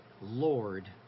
Lord